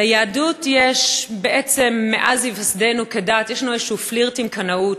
ליהדות מאז היווסדה כדת יש איזשהו פלירט עם קנאות,